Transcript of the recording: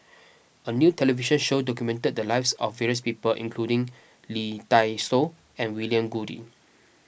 a new television show documented the lives of various people including Lee Dai Soh and William Goode